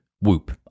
Whoop